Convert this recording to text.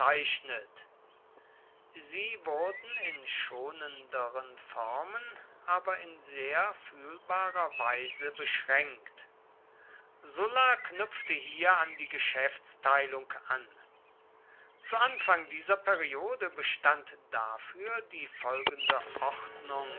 sie wurden in schonenderen formen aber in sehr fühlbarer weise beschränkt sulla knüpfte hier an die geschäftsteilung an zu anfang dieser periode bestand dafür die folgende ordnung